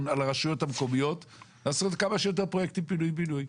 על הרשויות המקומיות לעשות כמה שיותר פרוייקטים פינוי-בינוי.